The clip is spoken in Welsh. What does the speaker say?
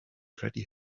credu